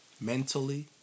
mentally